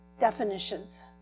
definitions